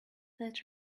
that